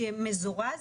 מזורז.